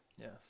Yes